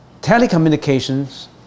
telecommunications